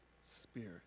spirit